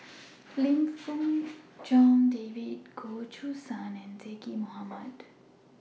Lim Fong Jock David Goh Choo San and Zaqy Mohamad